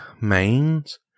mains